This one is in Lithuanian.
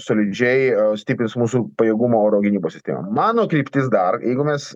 solidžiai stiprins mūsų pajėgumą oro gynybos srityje mano kryptis dar jeigu mes